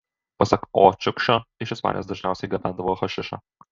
pasak o čiukšio iš ispanijos dažniausiai gabendavo hašišą